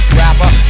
rapper